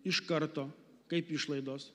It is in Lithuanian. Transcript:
iš karto kaip išlaidos